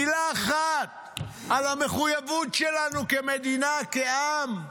מילה אחת על המחויבות שלנו כמדינה, כעם,